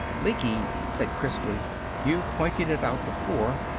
lecky said crisply you pointed it out before.